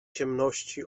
ciemności